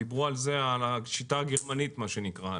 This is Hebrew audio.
דיברו על השיטה הגרמנית, מה שנקרא.